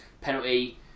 penalty